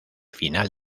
final